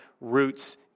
roots